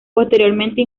posteriormente